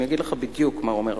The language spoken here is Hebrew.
אני אגיד לך בדיוק מה אומר החוק: